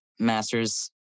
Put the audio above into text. master's